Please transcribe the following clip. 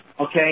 okay